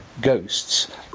ghosts